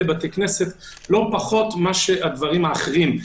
בתי הכנסת הוא לא פחות מצערם של אחרים.